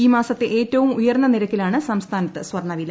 ഈ മാസത്തെ ഏറ്റവും ഉയർന്ന നിരക്കിലാണ് സംസ്ഥാനത്ത് സ്വർണ്ണവില